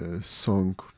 song